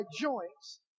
joints